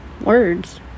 Words